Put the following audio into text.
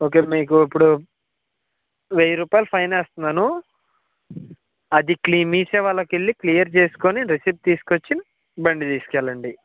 okay మీకు ఇప్పుడు వెయ్యిరూపాయలు ఫైన్ వేస్తున్నాను అది క్లీ మీసేవలోకెళ్ళి క్లియర్ చేసుకుని రిసిప్ట్ తీసుకొచ్చి బండి తీసుకెళ్ళండి